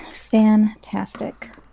Fantastic